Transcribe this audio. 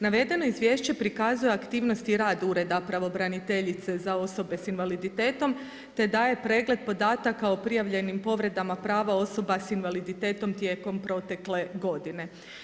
Navedeno izvješće prikazuje aktivnosti i rad Ureda pravobraniteljice za osobe s invaliditetom te daje pregled podataka o prijavljenim povredama prava osoba s invaliditetom tijekom protekle godine.